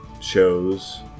shows